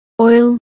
oil